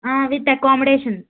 ఆ with accommodation